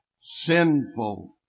sinful